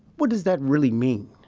what does that really mean?